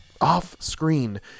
Off-screen